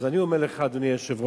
אז אני אומר לך, אדוני היושב-ראש,